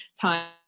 time